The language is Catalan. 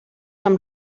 amb